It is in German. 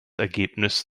ergebnis